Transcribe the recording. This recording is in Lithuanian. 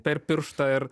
per pirštą ir